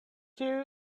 two